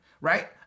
right